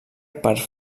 per